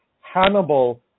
Hannibal